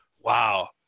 Wow